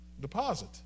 deposit